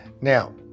Now